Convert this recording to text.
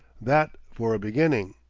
that for a beginning.